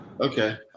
Okay